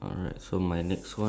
okay